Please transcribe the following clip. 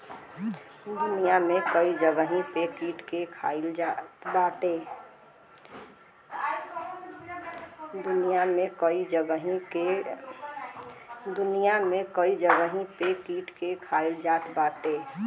दुनिया में कई जगही पे कीट के खाईल जात बाटे